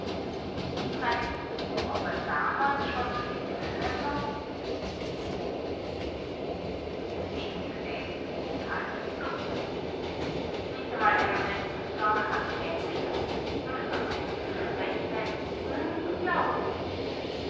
freilich ob er damals schon so viel können hat das wichtigste ist kaltes blut nicht einmal einen rechten zorn hab ich mehr in mir und es war doch eine frechheit unglaublich